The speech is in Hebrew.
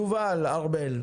ד"ר יובל ארבל,